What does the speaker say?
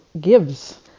gives